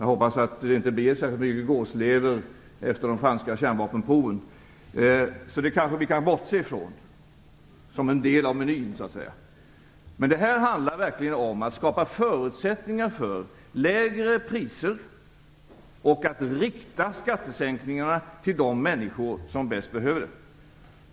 Jag hoppas att det inte blir särskilt mycket gåslever efter de franska kärnvapenproven, så det kanske vi kan bortse ifrån som en del av menyn. Det handlar om att skapa förutsättningar för lägre priser och att rikta skattesänkningarna till de människor som bäst behöver dem.